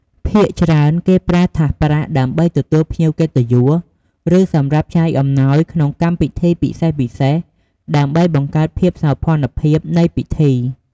ភាគច្រើនគេប្រើថាសប្រាក់ដើម្បីទទួលភ្ញៀវកិត្តិយស ឬសម្រាប់ចែកអំណោយក្នុងកម្មវិធីពិសេសៗ ដើម្បីបង្កើនភាពសោភ័ណភាពនៃពិធី។